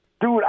Dude